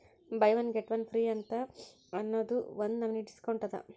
by one get one free ಅಂತ್ ಅನ್ನೂದು ಒಂದ್ ನಮನಿ ಡಿಸ್ಕೌಂಟ್ ಅದ